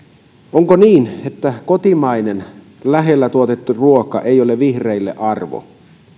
onko niin että kotimainen lähellä tuotettu ruoka ei ole vihreille arvo